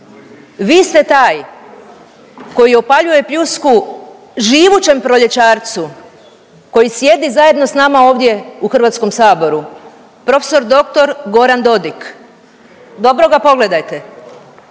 Vi ste taj koji opaljuje pljusku živućem proljećarcu koji sjedi zajedno s nama ovdje u Hrvatskom saboru prof. dr. Goran Dodik, dobro ga pogledajte.